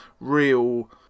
real